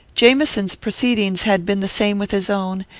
jamieson's proceedings had been the same with his own,